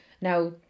now